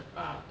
ah